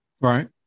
Right